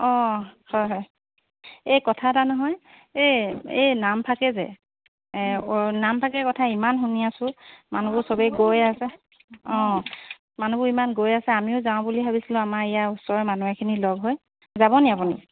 অঁ হয় হয় এই কথা এটা নহয় এই এই নামফাকে যে নামফাকে কথা ইমান শুনি আছোঁ মানুহবোৰ চবে গৈ আছে অঁ মানুহবোৰ ইমান গৈ আছে আমিও যাওঁ বুলি ভাবিছিলো আমাৰ ইয়াৰ ওচৰে মানুহ এখিনি লগ হৈ যাব নি আপুনি